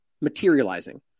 materializing